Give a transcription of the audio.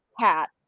hat